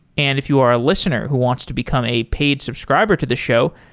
and if you are a listener who wants to become a paid subscriber to the show,